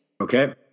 Okay